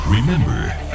Remember